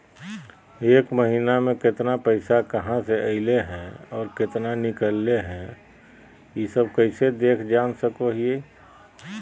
एक महीना में केतना पैसा कहा से अयले है और केतना निकले हैं, ई सब कैसे देख जान सको हियय?